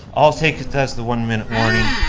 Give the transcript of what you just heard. i'll take it as the one minute warning,